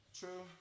true